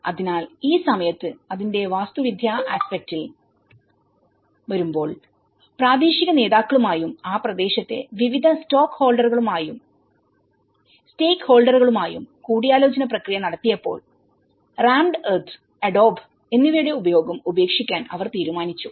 അതിനാൽ ഈ സമയത്ത് അതിന്റെ വാസ്തുവിദ്യാ ആസ്പെക്റ്റിൽ വരുമ്പോൾപ്രാദേശിക നേതാക്കളുമായും ആ പ്രദേശത്തെ വിവിധ സ്റ്റേക്ക്ഹോൾഡ്റുകളുമായുംകൂടിയാലോചന പ്രക്രിയ നടത്തിയപ്പോൾ റാംഡ് എർത്ത് അഡോബ് എന്നിവയുടെ ഉപയോഗം ഉപേക്ഷിക്കാൻ അവർ തീരുമാനിച്ചു